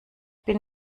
bin